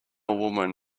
woman